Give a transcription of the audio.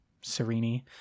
serene